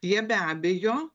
jie be abejo